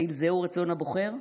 האם זהו רצון הבוחר?